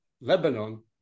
Lebanon